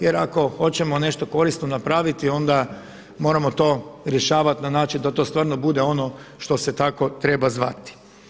Jer ako hoćemo nešto korisno napraviti onda moramo to rješavati na način da to stvarno bude ono što se tako treba zvati.